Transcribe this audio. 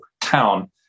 town